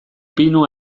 pinu